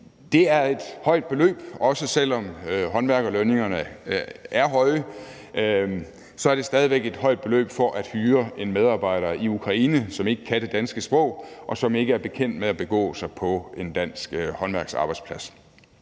Det er et højt beløb. Også selv om håndværkerlønningerne er høje, er det stadig væk et højt beløb for at hyre en medarbejder fra Ukraine, som ikke kan det danske sprog, og som ikke er bekendt med at begå sig på en dansk håndværksarbejdsplads.